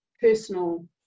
personal